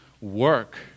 work